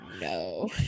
no